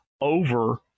over